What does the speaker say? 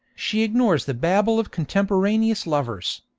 she ignores the babble of contemporaneous lovers.